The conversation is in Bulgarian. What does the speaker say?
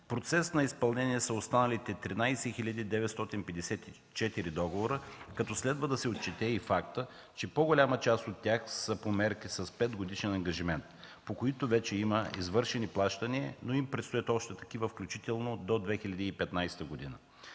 процес на изпълнение са останалите 13 хил. 954 договора, като следва да се отчете и фактът, че по-голяма част от тях са по мерки с петгодишен ангажимент, по които вече има извършени плащания, но им предстоят още такива, включително до 2015 г.